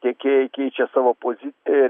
tiekėjai keičia savo poziciją ir